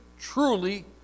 truly